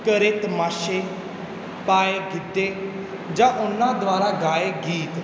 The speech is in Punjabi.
ਕਰੇ ਤਮਾਸ਼ੇ ਪਾਏ ਗਿੱਧੇ ਜਾਂ ਉਹਨਾਂ ਦੁਆਰਾ ਗਾਏ ਗੀਤ